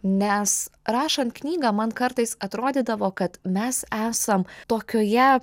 nes rašant knygą man kartais atrodydavo kad mes esam tokioje